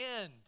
end